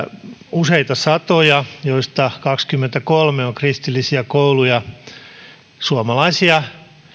useita satoja joista kaksikymmentäkolme on kristillisiä kouluja nämä ovat suomalaisia